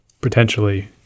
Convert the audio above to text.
potentially